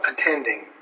attending